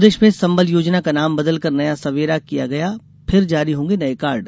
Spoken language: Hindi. प्रदेश में संबल योजना का नाम बदलकर नया सबेरा किया गया फिर जारी होंगे नये काई